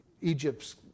Egypt's